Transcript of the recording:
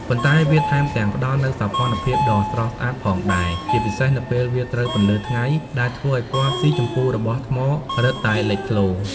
ប៉ុន្តែវាថែមទាំងផ្តល់នូវ សោភ័ណភាពដ៏ស្រស់ស្អាត ផងដែរ ជាពិសេសនៅពេលវាត្រូវពន្លឺថ្ងៃ ដែលធ្វើឱ្យពណ៌ស៊ីជម្ពូរបស់ថ្មរឹតតែលេចធ្លោ។